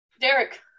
Derek